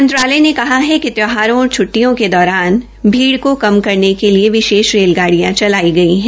मंत्रालय ने कहा है कि त्यौहारों और छट्टियों के दौरान भीड़ को कम करने के लिए विशेष रेलगाडियों चलाई गई है